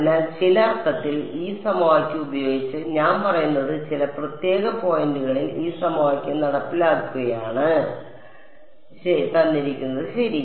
അതിനാൽ ചില അർത്ഥത്തിൽ ഈ സമവാക്യം ഉപയോഗിച്ച് ഞാൻ പറയുന്നത് ചില പ്രത്യേക പോയിന്റുകളിൽ ഈ സമവാക്യം നടപ്പിലാക്കുകയാണ് ശരി